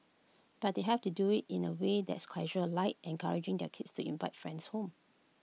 but they have to do IT in A way that's casual like encouraging their kids to invite friends home